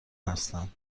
هستند